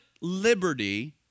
liberty